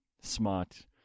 smart